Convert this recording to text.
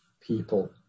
people